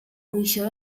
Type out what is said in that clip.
gweithio